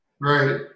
Right